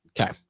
Okay